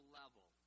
level